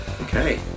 Okay